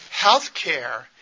healthcare